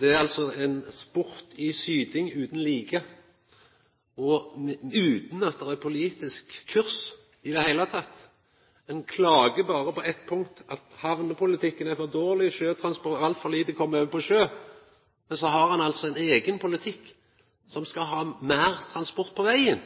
det er ein sport i syting utan like – utan at det er politisk kurs i det heile. Ein klagar berre på eitt punkt, at hamnepolitikken er for dårleg, altfor lite kjem over på sjø. Men så har ein altså ein eigen politikk der ein skal ha meir transport på vegen.